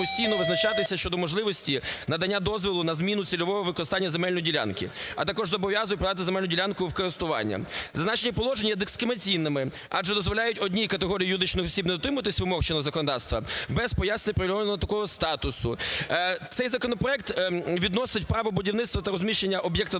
самостійно визначатися щодо можливості надання дозволу на зміну цільового використання земельної ділянки, а також зобов'язує передати земельну ділянку в користування. Зазначені положення є дискримінаційними, адже дозволяють одній категорії юридичних осіб не дотримуватися вимог чинного законодавства без пояснення привілейованого такого статусу. Цей законопроект відносить право будівництва та розміщення об'єктанафтогазовидобування